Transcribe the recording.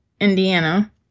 Indiana